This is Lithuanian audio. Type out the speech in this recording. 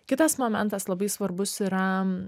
kitas momentas labai svarbus yra